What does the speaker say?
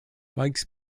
bikes